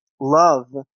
love